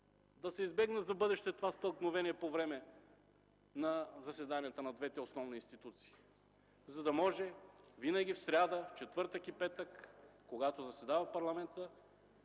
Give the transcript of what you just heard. да се избегне за в бъдеще това стълкновение по време на заседанията на двете основни институции, за да може винаги в сряда, четвъртък и петък, когато заседава парламентът,